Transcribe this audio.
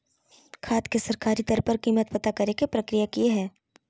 खाद के सरकारी दर पर कीमत पता करे के प्रक्रिया की हय?